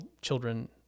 children